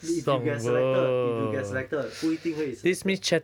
if you get selected if you get selected 不一定会 selected